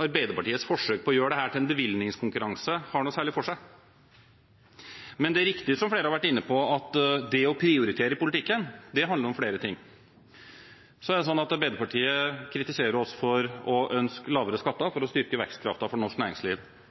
Arbeiderpartiets forsøk på å gjøre dette til en bevilgningskonkurranse har noe særlig for seg. Men det er riktig som flere har vært inne på, at det å prioritere i politikken handler om flere ting. Så er det sånn at Arbeiderpartiet kritiserer oss for å ønske lavere skatter for